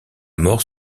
mort